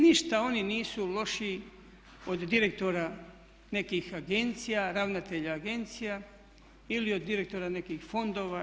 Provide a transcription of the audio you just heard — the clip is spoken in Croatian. Ništa oni nisu lošiji od direktora nekih agencija, ravnatelja agencija ili od direktora nekih fondova.